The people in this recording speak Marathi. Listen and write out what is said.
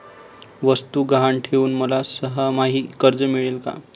वस्तू गहाण ठेवून मला सहामाही कर्ज मिळेल का?